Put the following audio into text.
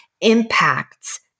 impacts